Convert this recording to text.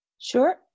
Sure